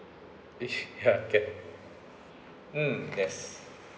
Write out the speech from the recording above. fish ya can mm yes